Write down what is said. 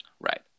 Right